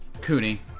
Cooney